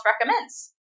Recommends